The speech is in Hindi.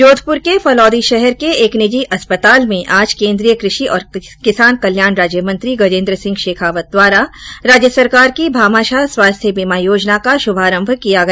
जोधपुर के फलौदी शहर के एक निजी हॉस्पीटल में आज केन्द्रीय कृषि और किसान कल्याण राज्य मंत्री गजेन्द्र सिंह शेखावत द्वारा राज्य सरकार की भामाशाह स्वास्थ्य बीमा योजना का शुभारंभ किया गया